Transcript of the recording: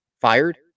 fired